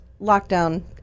lockdown